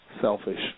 selfish